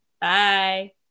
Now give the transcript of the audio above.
Bye